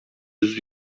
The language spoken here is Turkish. yüz